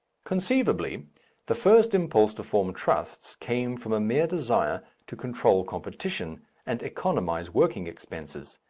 conceivably the first impulse to form trusts came from a mere desire to control competition and economize working expenses,